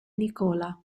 nicola